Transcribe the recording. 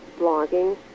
blogging